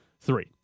three